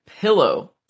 Pillow